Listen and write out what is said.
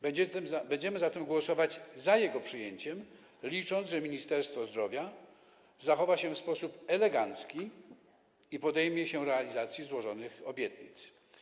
Będziemy zatem głosować za jego przyjęciem, licząc na to, że Ministerstwo Zdrowia zachowa się w sposób elegancki i podejmie się realizacji złożonych obietnic.